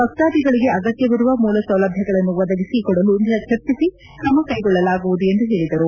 ಭಕ್ತಾಧಿಗಳಿಗೆ ಅಗತ್ಯವಿರುವ ಮೂಲಸೌಲಭ್ಯಗಳನ್ನು ಒದಗಿಸಿ ಕೊಡಲು ಚರ್ಚಿಸಿ ಕ್ರಮಕ್ಟೆಗೊಳ್ಳಲಾಗುವುದು ಎಂದು ಹೇಳಿದರು